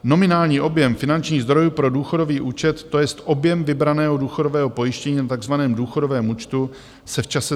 Nominální objem finanční zdrojů pro důchodový účet, to jest objem vybraného důchodového pojištění na tak zvaném důchodovém účtu se v čase zvyšuje.